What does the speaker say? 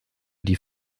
die